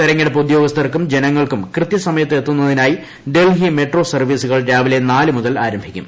തെരഞ്ഞെടുപ്പ് ഉദ്യോഗസ്ഥർക്കും ജനങ്ങൾക്കും കൃതൃസമയത്ത് എത്തുന്നൂതിനായി ഡൽഹി മെട്രോ സർവ്വീസുകൾ രാവിലെ നാല് മുതൽ ഏർ ്ആർംഭിക്കും